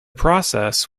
process